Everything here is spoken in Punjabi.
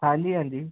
ਹਾਂਜੀ ਹਾਂਜੀ